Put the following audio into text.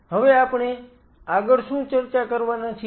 હવે આપણે આગળ શું ચર્ચા કરવાના છીએ